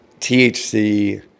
THC